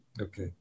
Okay